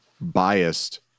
biased